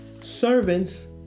servants